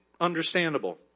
understandable